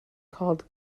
called